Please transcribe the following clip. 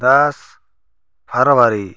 दस फरवरी